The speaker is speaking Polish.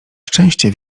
szczęście